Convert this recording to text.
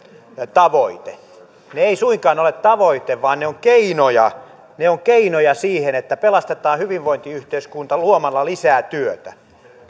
tavoite ne eivät suinkaan ole tavoite vaan ne ovat keinoja ne ovat keinoja siihen että pelastetaan hyvinvointiyhteiskunta luomalla lisää työtä